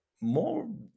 more